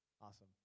awesome